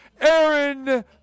Aaron